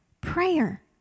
prayer